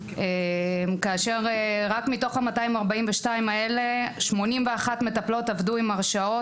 כאשר רק מתוכן 81 מטפלות עבדו עם הרשעות